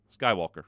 Skywalker